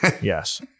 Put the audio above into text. Yes